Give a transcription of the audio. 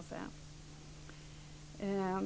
öppna.